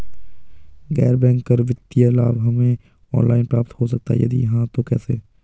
गैर बैंक करी वित्तीय लाभ हमें ऑनलाइन प्राप्त हो सकता है यदि हाँ तो कैसे?